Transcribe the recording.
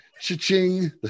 cha-ching